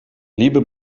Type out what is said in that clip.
liebe